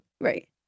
Right